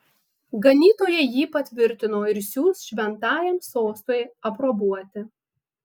ganytojai jį patvirtino ir siųs šventajam sostui aprobuoti